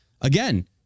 again